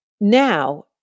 Now